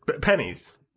pennies